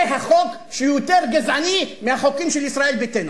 זה חוק שהוא יותר גזעני מהחוקים של ישראל ביתנו,